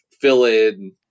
fill-in